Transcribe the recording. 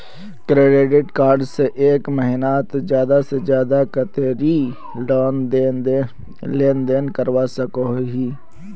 Credit card से एक महीनात ज्यादा से ज्यादा कतेरी लेन देन करवा सकोहो ही?